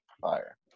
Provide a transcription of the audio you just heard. Fire